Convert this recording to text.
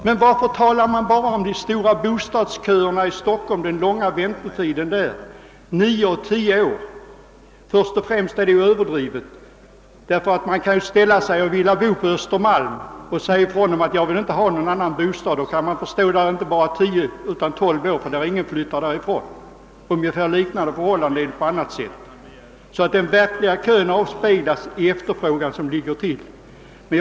Men varför talar man bara om de stora bostadsköerna i Stockholm och om den långa väntetiden där, 9—10 år? Först och främst vill jag säga att denna tid är överdriven. Men man kan naturligtvis vilja bo på Östermalm och säger då ifrån att man inte vill ha anvisning till något annat bostadsområde; i så fall kan man få stå i kön inte bara 10 år utan 12 år eller längre, ty ingen flyttar från denna stadsdel. Ungefär likadant förhåller det sig med mycket annat.